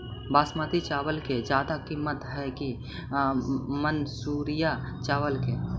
बासमती चावल के ज्यादा किमत है कि मनसुरिया चावल के?